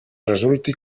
resulti